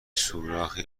سوراخی